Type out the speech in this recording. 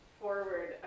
forward